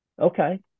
okay